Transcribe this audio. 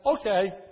okay